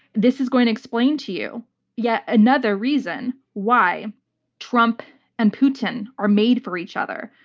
this is going to explain to you yet another reason why trump and putin are made for each other.